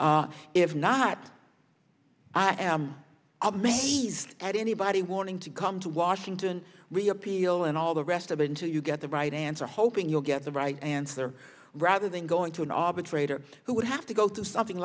r if not i am amazed at anybody wanting to come to washington really appeal and all the rest of it until you get the right answer hoping you'll get the right answer rather than going to an arbitrator who would have to go through something